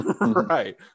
right